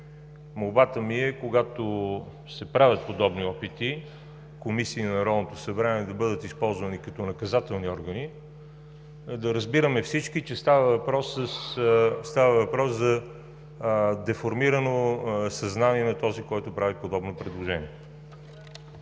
Молбата ми е: когато се правят подобни опити – комисии на Народното събрание да бъдат използвани като наказателни органи – всички да разбираме, че става въпрос за деформирано съзнание на този, който прави подобно предложение.